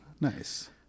Nice